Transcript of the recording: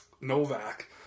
Novak